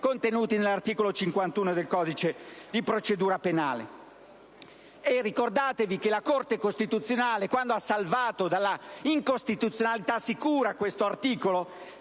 contenuti nell'articolo 51 del codice di procedura penale. Ricordatevi che la Corte costituzionale, quando ha salvato dalla incostituzionalità sicura questo articolo,